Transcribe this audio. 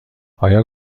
آیا